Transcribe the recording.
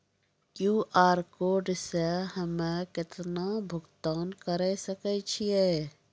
QR code से हम्मय केतना भुगतान करे सके छियै?